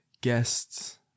guests